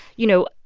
you know,